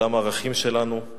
עולם הערכים שלנו,